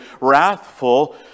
wrathful